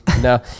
No